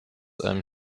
einem